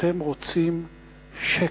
אתם רוצים שקט,